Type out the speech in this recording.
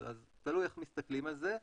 אז תלוי איך מסתכלים על זה.